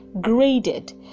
graded